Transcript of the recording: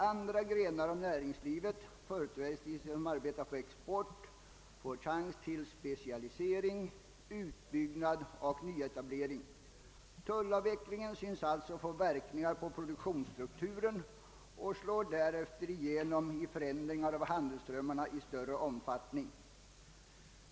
Andra grenar av näringslivet, företrädesvis de som arbetar på export, får chans till specialisering, utbyggnad och nyetablering. Tullavvecklingen synes alltså få verkningar på produk tionsstrukturen och slår därför igenom i förändringarna av handelsströmmarna i större omfattning.